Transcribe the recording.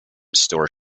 store